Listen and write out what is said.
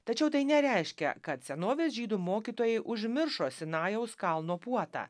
tačiau tai nereiškia kad senovės žydų mokytojai užmiršo sinajaus kalno puotą